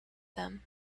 them